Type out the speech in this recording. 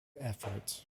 efforts